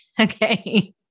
Okay